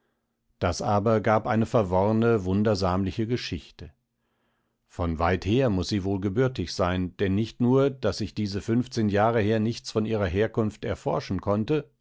das aber gab eine verworrne wundersamliche geschichte von weit her muß sie wohl gebürtig sein denn nicht nur daß ich diese funfzehn jahre her nichts von ihrer herkunft erforschen konnte